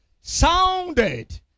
sounded